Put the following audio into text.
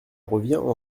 revient